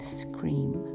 scream